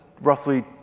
roughly